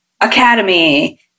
academy